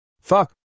Fuck